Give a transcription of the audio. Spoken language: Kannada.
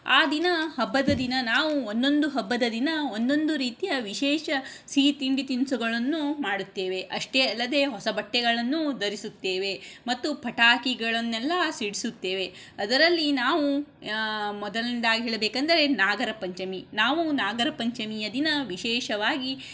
ಆ ದಿನ ಹಬ್ಬದ ದಿನ ನಾವು ಒಂದೊಂದು ಹಬ್ಬದ ದಿನ ಒಂದೊಂದು ರೀತಿಯ ವಿಶೇಷ ಸಿಹಿ ತಿಂಡಿ ತಿನಿಸುಗಳನ್ನು ಮಾಡುತ್ತೇವೆ ಅಷ್ಟೇ ಅಲ್ಲದೇ ಹೊಸ ಬಟ್ಟೆಗಳನ್ನು ಧರಿಸುತ್ತೇವೆ ಮತ್ತು ಪಟಾಕಿಗಳನ್ನೆಲ್ಲ ಸಿಡಿಸುತ್ತೇವೆ ಅದರಲ್ಲಿ ನಾವು ಮೊದಲ್ನೆದಾಗಿ ಹೇಳಬೇಕಂದರೆ ನಾಗರಪಂಚಮಿ ನಾವು ನಾಗರಪಂಚಮಿಯ ದಿನ ವಿಶೇಷವಾಗಿ